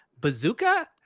bazooka